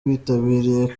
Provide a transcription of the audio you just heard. bitabiriye